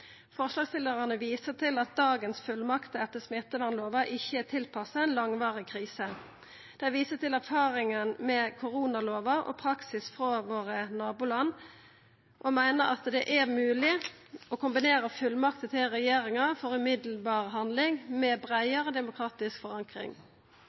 Forslagsstillarane viser til at dagens fullmakter etter smittevernlova ikkje er tilpassa ei langvarig krise. Dei viser til erfaringane med koronalova og praksis frå nabolanda våre og meiner at det er mogleg å kombinera fullmakter til regjeringa for omgåande handling med